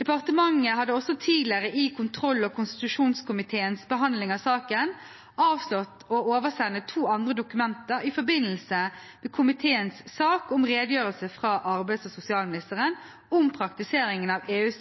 Departementet hadde også tidligere, i kontroll- og konstitusjonskomiteens behandling av saken, avslått å oversende to andre dokumenter i forbindelse med komiteens sak om redegjørelse fra arbeids- og sosialministeren om praktiseringen av EUs